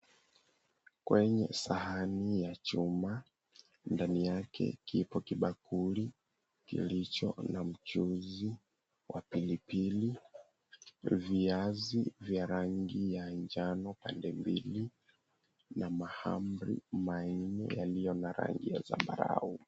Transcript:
Kwenye sahani ya chuma, ndani yake kipo kibakuli kilicho na mchuzi wa pilipili, viazi vya rangi ya njano pande mbili na mahamri manne yaliyo na rangi ya zambarau.